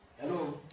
Hello